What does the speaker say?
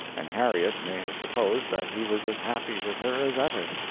and harriet may have supposed that he was as happy with her as ever.